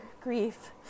grief